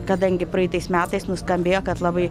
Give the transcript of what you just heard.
kadangi praeitais metais nuskambėjo kad labai